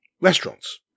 restaurants